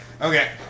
Okay